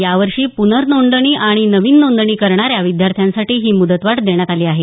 यावर्षी प्नरनोंदणी आणि नवीन नोंदणी करणाऱ्या विद्यार्थ्यांसाठी ही मुदतवाढ देण्यात आली आहे